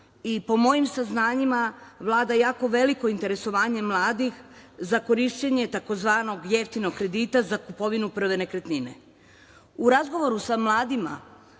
Po mojim saznanjima vlada jako veliko interesovanje mladih za korišćenje tzv. jeftinog kredita za kupovinu prve nekretnine. U razgovoru sa mladima